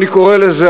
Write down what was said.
אני קורא לזה,